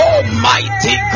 Almighty